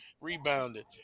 rebounded